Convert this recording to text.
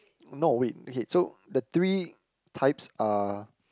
no wait okay so the three types are